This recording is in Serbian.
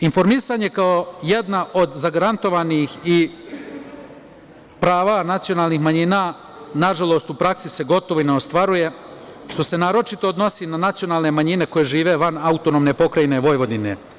Informisanje kao jedna od zagarantovanih i prava nacionalnih manjina nažalost u praksi se gotovo ne ostvaruje, što se naročito odnosi na nacionalne manjine koje žive van AP Vojvodine.